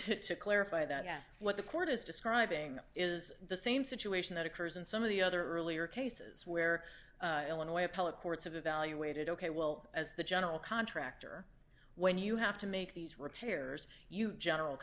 there to clarify that what the court is describing is the same situation that occurs in some of the other earlier cases where illinois appellate courts have evaluated ok well as the general contractor when you have to make these repairs you general